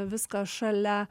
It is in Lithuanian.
viską šalia